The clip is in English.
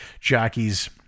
Jockeys